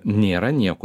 nėra nieko